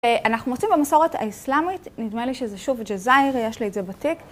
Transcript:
אנחנו מוצאים במסורת האיסלאמית, נדמה לי שזה שוב ג'זייר, יש לי את זה בתיק.